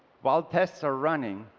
while tests are running,